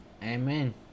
Amen